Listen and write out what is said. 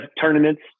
tournaments